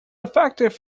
effective